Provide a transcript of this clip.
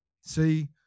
See